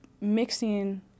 mixing